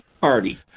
party